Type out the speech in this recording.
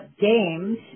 games